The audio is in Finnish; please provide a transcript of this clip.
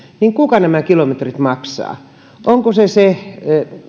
niin kuka nämä kilometrit maksaa onko se se